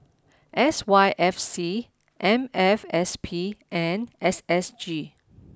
S Y F C M F S P and S S G